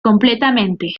completamente